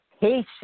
Patience